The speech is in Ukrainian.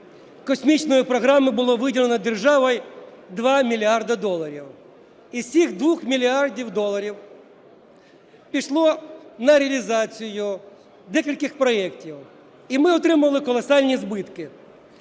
космічної програми було виділено державою 2 мільярди доларів. Із цих 2 мільярдів доларів пішло на реалізацію декількох проектів, і ми отримали колосальні збитки.